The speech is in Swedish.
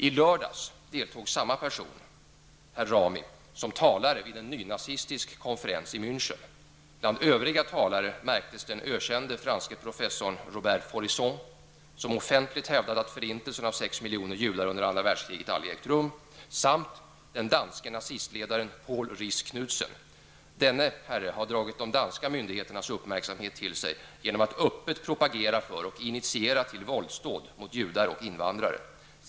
I lördags deltog samma person, Rami, som talare vid en nynazistisk konferens i München. Bland övriga talare märktes den ökände franske professorn Robert Faurisson som offentligt hävdat att förintelsen av sex miljoner judar under andra världskriget aldrig ägt rum, samt den danske nazistledaren Poul Riis-Knudsen. Denne herre har dragit de danska myndigheternas uppmärksamhet till sig genom att öppet propagera för och initiera till våldsdåd mot judar och invandrare.